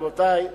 רבותי,